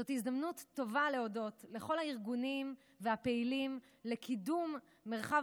זאת הזדמנות טובה להודות לכל הארגונים והפעילים לקידום מרחב